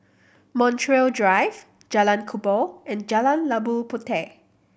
Montreal Drive Jalan Kubor and Jalan Labu Puteh